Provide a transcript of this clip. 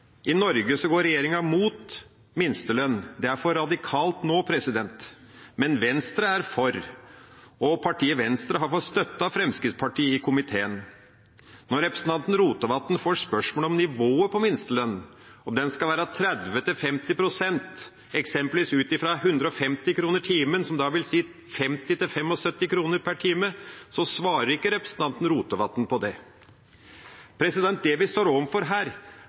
I Norge går regjeringa mot minstelønn. Det er for radikalt nå. Men Venstre er for, og partiet Venstre har fått støtte av Fremskrittspartiet i komiteen. Når representanten Rotevatn får spørsmål om nivået på minstelønn – om den skal være 30–50 pst. av f.eks. 150 kr timen, som vil si 50 kr–75 kr per time – svarer ikke representanten på det. Det vi står overfor her,